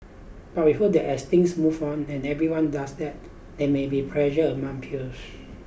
but we hope that as things move on and everyone does that there may be pressure among peers